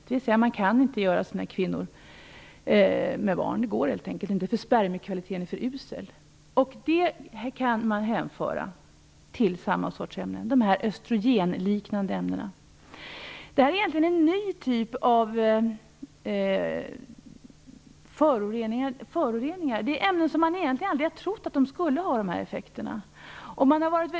De kan inte göra sina kvinnor med barn helt enkelt därför att spermiekvaliteten är för usel. Detta kan kopplas till samma sorts ämnen, de här östrogenliknande ämnena. Det är fråga om en ny typ av föroreningar. Man har inte trott att dessa ämnen skulle ha sådana här effekter.